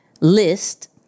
list